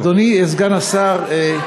אדוני סגן השר,